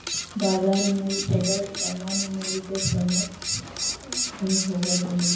बाजार मूल्य सदैव सामान्य मूल्य के समकक्ष ही होवऽ हइ